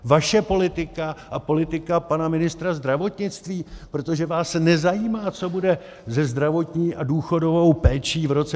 Vaše politika a politika pana ministra zdravotnictví, protože vás nezajímá, co bude se zdravotní a důchodovou péčí v roce 2040 až 2050.